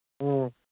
ꯎꯝ